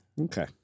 Okay